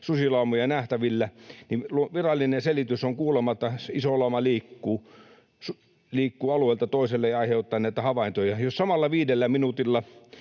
susilaumoja nähtävillä — virallinen selitys on kuulemma, että iso lauma liikkuu alueelta toiselle ja aiheuttaa näitä havaintoja. Jos samalla viidellä minuutilla